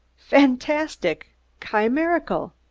fantastic chimerical!